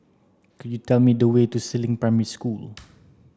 could you tell me the way to Si Ling Primary School